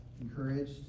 encouraged